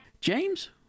James